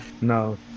no